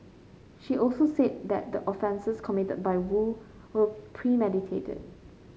she also said that the offences committed by Woo were premeditated